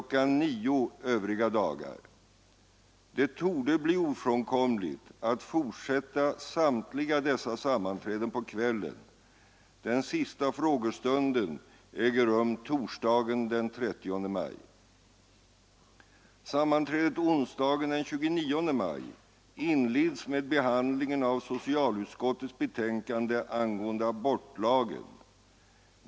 9.00 övriga dagar. Det torde bli ofrånkomligt att fortsätta samtliga dessa sammanträden på kvällen. Den sista frågestunden äger rum torsdagen den 30 maj. Sammanträdet onsdagen den 29 maj inleds med behandling av socialutskottets betänkande angående abortlagen.